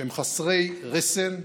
שהם חסרי רסן,